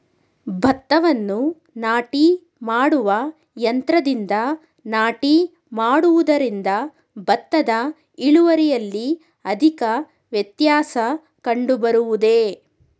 ಭತ್ತವನ್ನು ನಾಟಿ ಮಾಡುವ ಯಂತ್ರದಿಂದ ನಾಟಿ ಮಾಡುವುದರಿಂದ ಭತ್ತದ ಇಳುವರಿಯಲ್ಲಿ ಅಧಿಕ ವ್ಯತ್ಯಾಸ ಕಂಡುಬರುವುದೇ?